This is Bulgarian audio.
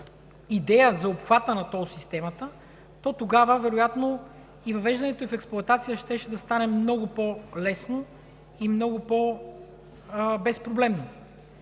идея за обхвата на тол системата, то тогава вероятно и въвеждането ѝ в експлоатация щеше да стане много по-лесно и много по-безпроблемно.